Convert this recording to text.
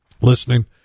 listening